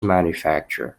manufacture